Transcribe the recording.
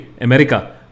America